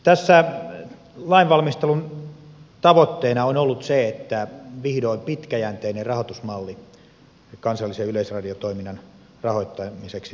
tässä lainvalmistelun tavoitteena on ollut se että vihdoin pitkäjänteinen rahoitusmalli kansallisen yleisradiotoiminnan rahoittamiseksi saadaan aikaan